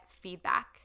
feedback